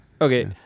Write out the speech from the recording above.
Okay